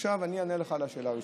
עכשיו אענה לך על השאלה הראשונה.